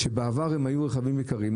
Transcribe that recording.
שבעבר היו רכבים יקרים,